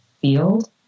field